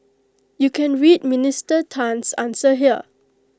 you can read Minister Tan's answer here